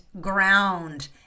ground